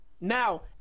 Now